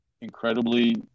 incredibly